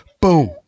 boom